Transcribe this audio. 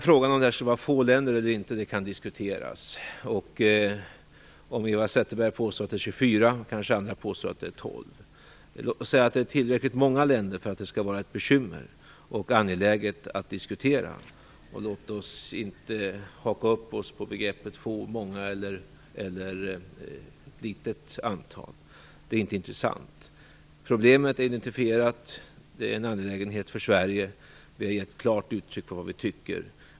Frågan om det är få länder eller inte kan diskuteras. Om Eva Zetterberg påstår att det är 24 länder kanske andra påstår att det är 12. Låt oss säga att det är tillräckligt många länder för att det skall vara ett bekymmer, som är angeläget att diskutera. Låt oss inte haka upp oss på om det är få eller många; det är inte intressant. Problemet är identifierat. Det är en angelägenhet för Sverige. Vi har givit klart uttryck för vad vi tycker.